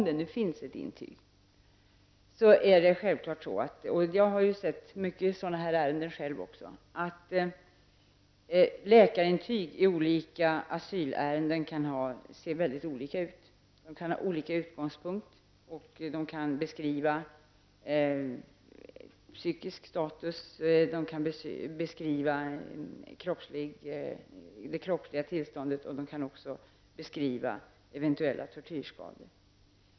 Jag har själv sett många ärenden av det här slaget. Läkarintyg i olika asylärenden kan se väldigt olika ut. De kan ha olika utgångspunkter och diskuterat psykisk status, det kroppsliga tillståndet eller eventuella tortyrskador.